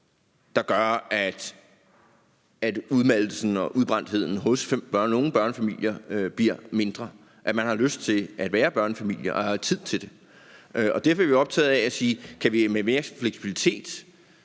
der gør, at udmattelsen og udbrændtheden hos nogle børnefamilier bliver mindre, at man har lyst til at være en børnefamilie, og at man har tid til det. Derfor er vi optaget af at sige: Kan vi med mere fleksibilitet